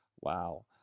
Wow